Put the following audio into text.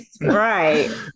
Right